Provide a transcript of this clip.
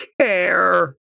care